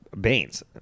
Baines